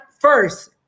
First